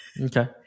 Okay